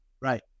Right